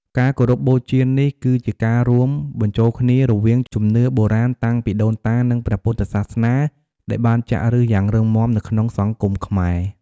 ការគោរពបូជានេះគឺជា ការរួមបញ្ចូលគ្នារវាង ជំនឿបុរាណ តាំងពីដូនតា និង ព្រះពុទ្ធសាសនា ដែលបានចាក់ឫសយ៉ាងរឹងមាំនៅក្នុង សង្គមខ្មែរ។